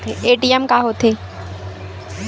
ATM का होथे?